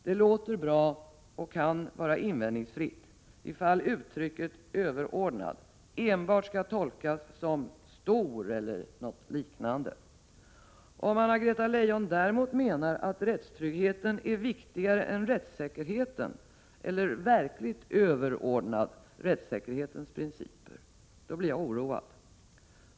Det låter bra och kan vara invändningsfritt, ifall uttrycket ”överordnad” enbart skall tolkas som ”stor” eller något liknande. Om Anna-Greta Leijon däremot menar att rättstryggheten är viktigare än rättssäkerheten eller verkligt överordnad rättssäkerhetens principer, då blir jag oroad.